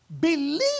Believe